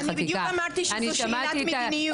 --- אני בדיוק אמרתי שזו שאלת מדיניות,